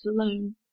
alone